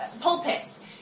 pulpits